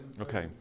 Okay